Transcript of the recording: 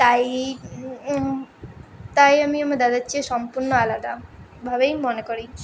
তাই তাই আমি আমার দাদার চেয়ে সম্পূর্ণ আলাদাভাবেই মনে করি